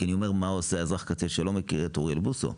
כי אני אומר מה עושה אזרח הקצה שלא מכיר את אוריאל בוסו.